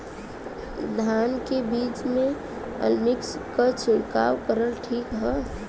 धान के बिज में अलमिक्स क छिड़काव करल ठीक ह?